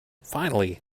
finally